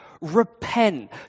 Repent